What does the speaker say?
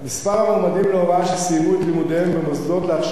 מספר המועמדים להוראה שסיימו את לימודיהם במוסדות להכשרת